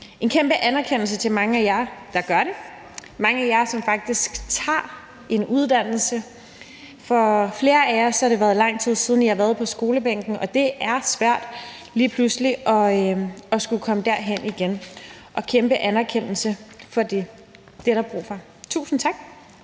en kæmpe anerkendelse til mange af jer, der gør det, mange af jer, som faktisk tager en uddannelse. For flere af jer har det været lang tid siden, I har været på skolebænken, og det er svært lige pludselig at skulle komme derhen igen, så en kæmpe anerkendelse for det, for det er der brug for. Tusind tak.